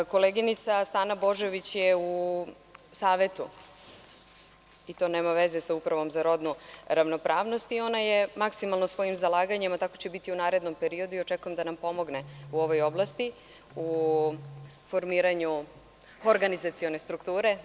Koleginica Stana Božović je u Savetu, i to nema veze sa Upravom za rodnu ravnopravnost i ona je maksimalno svojim zalaganjem, a tako će biti i u narednom periodu, i očekujem da nam pomogne u ovoj oblasti, u formiranju organizacione strukture.